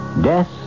Death